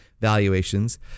valuations